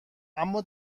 اما